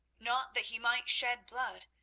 not that he might shed blood,